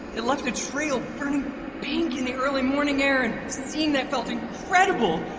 it left a trail burning pink in the early morning air and seeing that felt incredible!